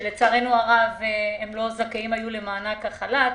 שלצערנו הרב הם לא היו זכאים למענק החל"ת.